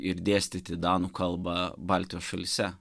ir dėstyti danų kalbą baltijos šalyse